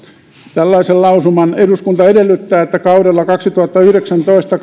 tällaisen lausuman eduskunta edellyttää että kaudella kaksituhattayhdeksäntoista